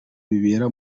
bibera